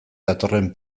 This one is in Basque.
datorren